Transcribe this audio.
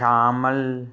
ਸ਼ਾਮਲ